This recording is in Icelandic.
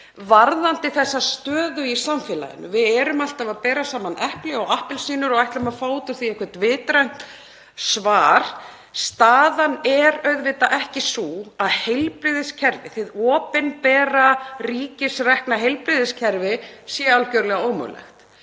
varðandi þessa stöðu í samfélaginu. Við erum alltaf að bera saman epli og appelsínur og ætlum að fá út úr því eitthvert vitrænt svar. Staðan er auðvitað ekki sú að heilbrigðiskerfið, hið opinbera ríkisrekna heilbrigðiskerfi, sé algjörlega ómögulegt.